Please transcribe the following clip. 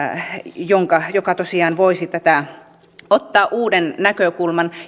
joka tosiaan voisi ottaa uuden näkökulman